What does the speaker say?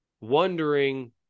wondering